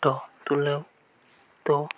photo ᱛᱩᱞᱟᱹᱣ ᱛᱚ